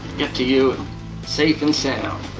get to you safe and sound.